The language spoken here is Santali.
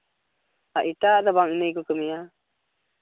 ᱟᱨ ᱮᱴᱟᱜᱼᱟᱜ ᱫᱚ ᱵᱟᱝ ᱤᱱᱟᱹ ᱜᱮᱠᱚ ᱠᱟᱹᱢᱤᱭᱟ